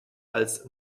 als